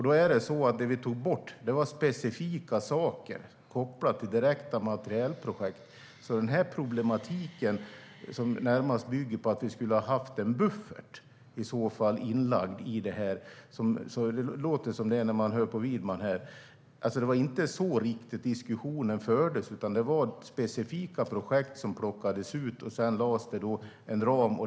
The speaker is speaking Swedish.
Det vi tog bort var specifika saker kopplade till direkta materielprojekt Den här problematiken bygger närmast på att vi skulle ha haft en buffert inlagd i det här - det låter som det när man hör på Widman. Det var inte riktigt så som diskussionen fördes, utan det var specifika projekt som plockades ut. Sedan lades en ram.